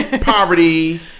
poverty